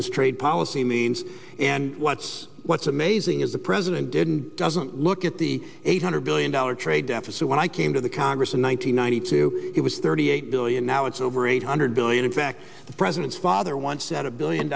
this trade policy means and what's what's amazing is the president didn't doesn't look at the eight hundred billion dollars trade deficit when i came to the congress in one thousand nine hundred two it was thirty eight billion now it's over eight hundred billion in fact the president's father once said a billion